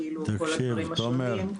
כאילו כל הדברים השונים.